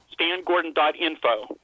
Stangordon.info